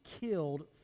killed